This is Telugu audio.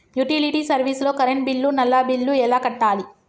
యుటిలిటీ సర్వీస్ లో కరెంట్ బిల్లు, నల్లా బిల్లు ఎలా కట్టాలి?